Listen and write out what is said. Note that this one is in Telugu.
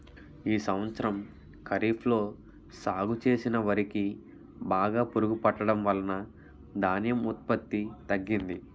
ఈ సంవత్సరం ఖరీఫ్ లో సాగు చేసిన వరి కి బాగా పురుగు పట్టడం వలన ధాన్యం ఉత్పత్తి తగ్గింది